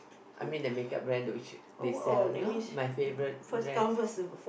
I mean the makeup brand which they sell you know my favourite brands